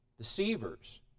deceivers